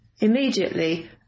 Immediately